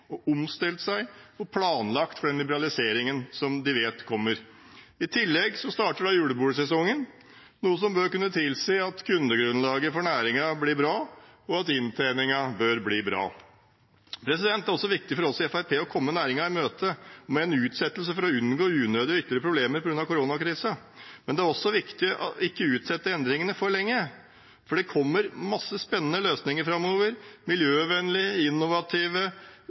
omstilt seg og planlagt for den liberaliseringen som de vet kommer. I tillegg starter da julebordsesongen, noe som bør kunne tilsi at kundegrunnlaget for næringen blir bra, og at inntjeningen bør bli bra. Det var også viktig for oss i Fremskrittspartiet å komme næringen i møte med en utsettelse for å unngå unødige og ytterligere problemer på grunn av koronakrisen, Men det er også viktig ikke å utsette endringene for lenge. For det kommer masse spennende løsninger framover – miljøvennlige, innovative